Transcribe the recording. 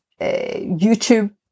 YouTube